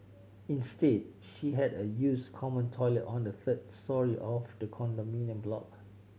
instead she had a use common toilet on the third storey of the condominium block